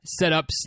setups